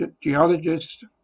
geologist